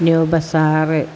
new Bazar